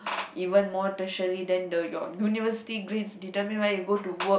even more tertiary then your university grades determine where you go to work